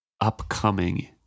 upcoming